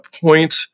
point